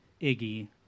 Iggy